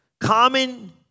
Common